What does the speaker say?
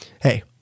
hey